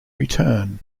return